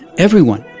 everyone,